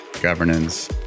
governance